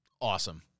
awesome